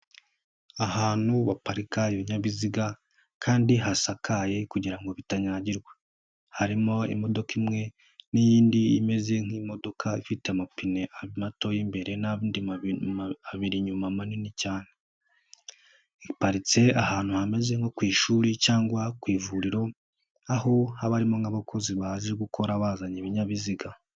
Ahantu baparika ibinyabiziga kandi hasakaye kugirango bitanyagirwa. Harimo imodoka imwe n'iyindi imeze nk'imodoka ifite amapine mato y'imbere n'andi abiri inyuma manini cyane. Iparitse ahantu hameze nko ku ishuri cyangwa ku ivuriro aho haba harimo nk'abakozi baje gukora bazanye ibinyabiziga.